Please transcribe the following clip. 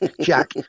Jack